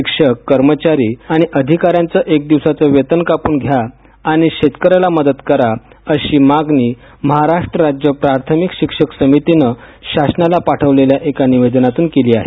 शिक्षक कर्मचारी आणि अधिकार्या््च एक दिवसाचं वेतन कापून घ्या आणि सेतकर्याहला मदत करा अशी मागणी महाराष्ट्र राज्य प्राथमिक शिक्षक समितीनं शासनाला पाठविलेल्या निवेदनातून केली आहे